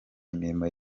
imirimo